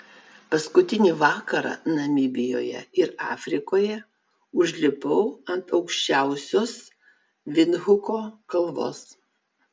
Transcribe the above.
paskutinį vakarą namibijoje ir afrikoje užlipau ant aukščiausios vindhuko kalvos